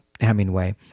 Hemingway